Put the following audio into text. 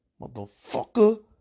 motherfucker